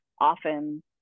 often